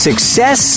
Success